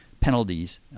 penalties